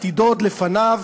עתידו עוד לפניו,